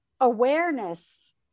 awareness